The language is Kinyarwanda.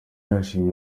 yashimiye